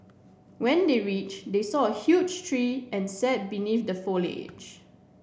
when they reach they saw a huge tree and sat beneath the foliage